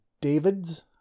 Davids